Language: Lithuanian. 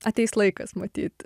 ateis laikas matyt